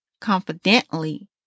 confidently